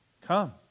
Come